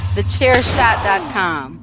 TheChairShot.com